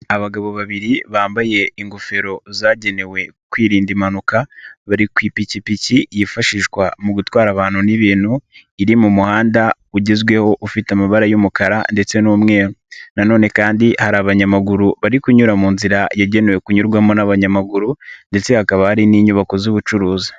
Abagabo babiri bambaye ingofero zagenewe kwirinda impanuka, bari ku ipikipiki yifashishwa mu gutwara abantu n'ibintu iri mu muhanda ugezweho ufite amabara y'umukara ndetse n'umweru. Nanone kandi hari abanyamaguru bari kunyura mu nzira yagenewe kunyurwamo n'abanyamaguru ndetse hakaba hari n'inyubako z'ubucuruzi.